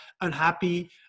unhappy